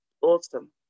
Awesome